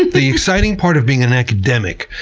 the exciting part of being an academic,